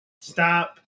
stop